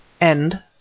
End